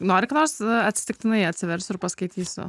nori ką nors atsitiktinai atsiversiu ir paskaitysiu